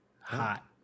hot